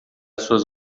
suas